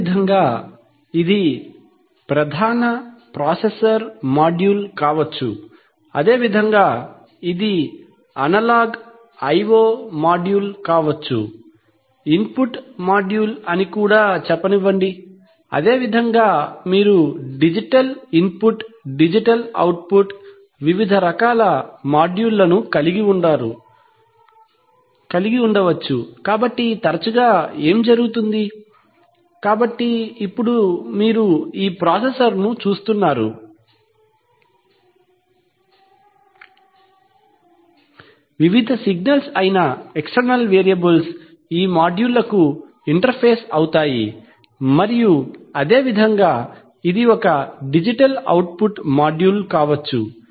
అదేవిధంగా ఇది ప్రధాన ప్రాసెసర్ మాడ్యూల్ కావచ్చు అదేవిధంగా ఇది అనలాగ్ i o మాడ్యూల్ కావచ్చు ఇన్పుట్ మాడ్యూల్ అని కూడా చెప్పనివ్వండి అదేవిధంగా మీరు డిజిటల్ ఇన్పుట్ డిజిటల్ అవుట్పుట్ వివిధ రకాల మాడ్యూళ్ళను కలిగి ఉండవచ్చు కాబట్టి తరచుగా ఏమి జరుగుతుంది కాబట్టి ఇప్పుడు మీరు ఈ ప్రాసెసర్ను చూస్తున్నారు వివిధ సిగ్నల్స్ అయిన ఎక్స్టర్నల్ వేరియబుల్స్ ఈ మాడ్యూళ్ళకు ఇంటర్ఫేస్ అవుతాయి మరియు అదేవిధంగా ఇది ఒక డిజిటల్ అవుట్పుట్ మాడ్యూల్ కావచ్చు